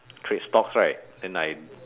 trade stocks right then I